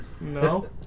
No